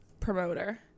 promoter